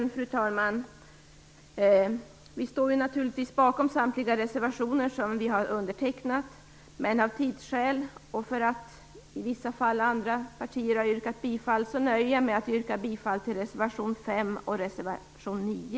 Vi i Vänsterpartiet står naturligtvis bakom samtliga reservationer vi har undertecknat, men av tidsskäl - och i vissa fall därför att andra partier har yrkat bifall - nöjer jag mig med att yrka bifall till reservationerna 5 och 9.